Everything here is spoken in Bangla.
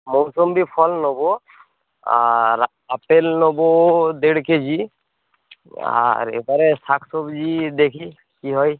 মুসাম্বি ফল নেব আর আপেল নেব দেড় কেজি আর এবারে শাক সবজি দেখি কী হয়